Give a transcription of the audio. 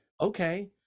okay